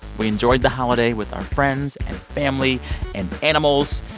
we enjoyed the holiday with our friends and family and animals.